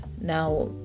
now